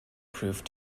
proof